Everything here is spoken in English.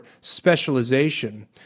specialization